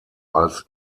als